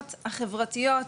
החברתיות,